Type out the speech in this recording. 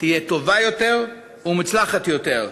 תהיה טובה יותר ומוצלחת יותר.